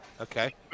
Okay